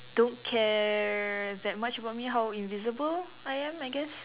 don't care that much about me how invisible I am I guess